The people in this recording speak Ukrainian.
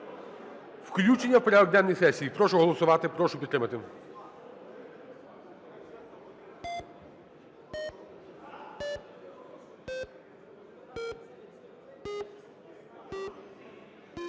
Включення в порядок денний сесії. Прошу голосувати, прошу підтримати.